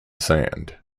sand